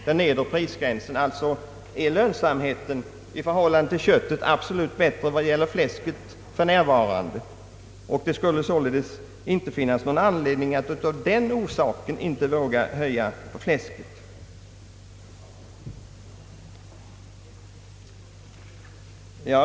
Lönsamheten för fläsk i förhållande till kött är alltså för närvarande absolut bättre, och detta skulle således inte vara någon anledning till att höja slaktdjursavgiften för fläsk.